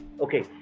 Okay